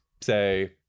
say